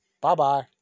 Bye-bye